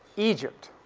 egypt,